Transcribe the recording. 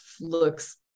looks